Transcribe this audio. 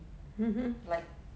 mmhmm